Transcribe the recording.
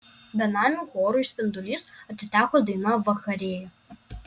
benamių chorui spindulys atiteko daina vakarėja